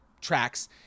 tracks